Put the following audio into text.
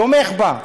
תומך בה.